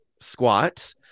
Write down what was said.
squat